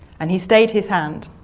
and he stayed his hand